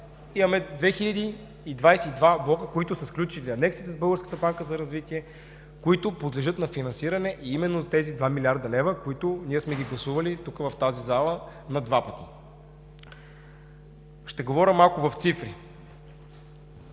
имаме 2022 блока, които са сключили анекси с Българската банка за развитие, които подлежат на финансиране именно от тези 2 млрд. лв., които сме гласували тук, в тази зала, на два пъти. Ще говоря малко в цифри.